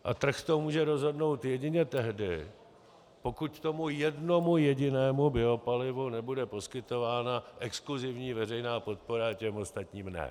A trh to může rozhodnout jedině tehdy, pokud tomu jednomu jedinému biopalivu nebude poskytována exkluzivní veřejná podpora a těm ostatním ne.